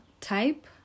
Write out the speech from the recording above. type